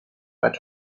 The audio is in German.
bad